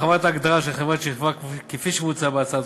הרחבת ההגדרה של חברת שכבה כפי שמוצע בהצעת